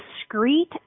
discrete